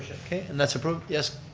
okay and that's approved, yes.